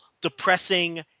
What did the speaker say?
depressing